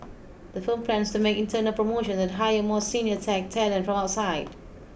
the firm plans to make internal promotions and hire more senior tech talent from outside